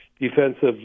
defensive